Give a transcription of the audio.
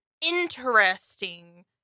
interesting